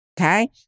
Okay